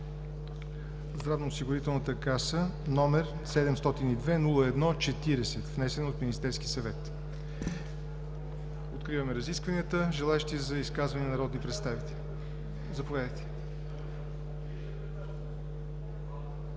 здравноосигурителна каса, № 702-01-40, внесен от Министерския съвет. Откриваме разискванията. Желаещи за изказвания народни представители? Заповядайте.